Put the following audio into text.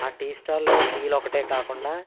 ఆ టీ స్టాల్లో టీలు ఒకటే కాకుండా